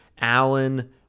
Allen